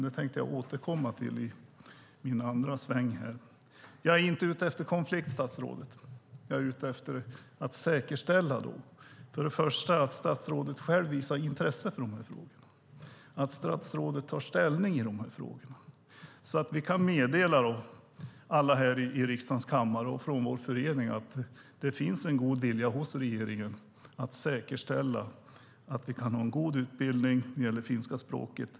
Det tänkte jag återkomma till i mitt andra inlägg här. Jag är inte ute efter konflikt, statsrådet. Jag är ute efter att först och främst säkerställa att statsrådet själv visar intresse för och tar ställning i dessa frågor. Vi kan då meddela alla i riksdagens kammare och från vår förening att det finns en god vilja hos regeringen att säkerställa att vi kan ha en god utbildning när det gäller finska språket.